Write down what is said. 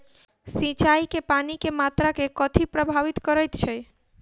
सिंचाई मे पानि केँ मात्रा केँ कथी प्रभावित करैत छै?